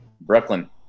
Brooklyn